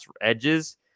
edges